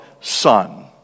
son